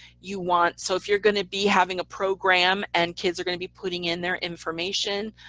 you want, so if you're going to be having a program, and kids are going to be putting in their information,